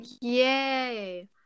yay